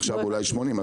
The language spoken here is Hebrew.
עכשיו אולי רק כ-80%.